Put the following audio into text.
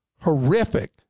horrific